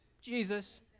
Jesus